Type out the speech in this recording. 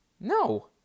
No